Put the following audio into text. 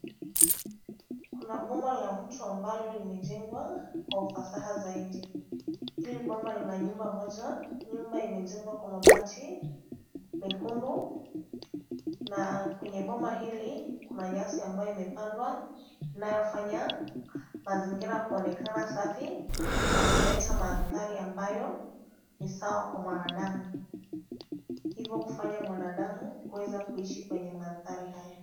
Kuna boma la mtu ambalo limejengwa kwa ufasaha zaidi. Hili boma lina nyumba moja. Nyumba imejengwa kwa mabati mekundu. Kwenye boma hili kuna nyasi ambayo imepandwa inayofanya mazingira kuonekana safi na kuleta mandhari ambayo ni sawa kwa mwanadamu hivyo kufanya mwanadamu kuishi kwenye mandhari haya.